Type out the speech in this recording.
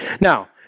Now